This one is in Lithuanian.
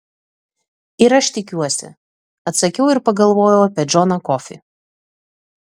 ir aš tikiuosi atsakiau ir pagalvojau apie džoną kofį